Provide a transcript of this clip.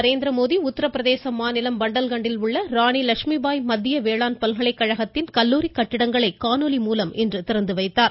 நரேந்திரமோடி உத்தரப்பிரதேச மாநிலம் பண்டல்கண்டில் உள்ள ராணி மத்திய வேளாண் பல்கலைகழகத்தின் நிர்வாக கல்லூரி கட்டிடங்களை காணொலி மூலம் இன்று திறந்து வைத்தார்